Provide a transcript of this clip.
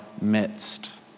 midst